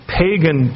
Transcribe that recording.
pagan